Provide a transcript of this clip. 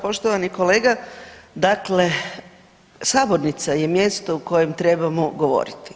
Poštovani kolega, dakle sabornica je mjesto u kojem trebamo govoriti.